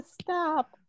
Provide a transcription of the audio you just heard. stop